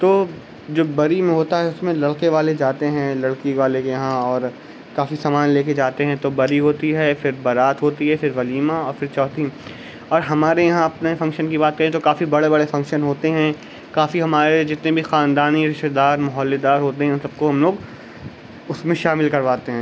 تو جو بری میں ہوتا ہے اس میں لڑکے والے جاتے ہیں لڑکی والے کے یہاں اور کافی سامان لے کے جاتے ہیں تو بری ہوتی ہے پھر بارات ہوتی ہے پھر ولیمہ اور پھر چوتھی اور ہمارے یہاں اپنے فنکشن کی بات کریں تو کافی بڑے بڑے فنکشن ہوتے ہیں کافی ہمارے جتنے بھی خاندانی رشتےدار محلےدار ہوتے ہیں ان سب کو ہم لوگ اس میں شامل کرواتے ہیں